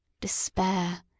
Despair